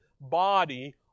body